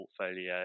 portfolio